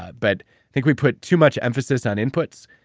i but think we put too much emphasis on inputs,